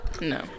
No